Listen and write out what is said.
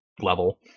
level